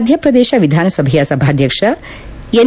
ಮಧ್ಯಪ್ರದೇಶ ವಿಧಾನಸಭೆಯ ಸಭಾಧ್ಯಕ್ಷ ಎನ್